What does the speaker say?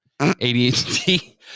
ADHD